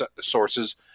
sources